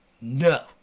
No